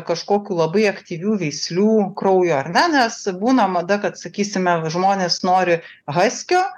kažkokių labai aktyvių veislių kraujo ar ne nes būna mada kad sakysime žmonės nori haskio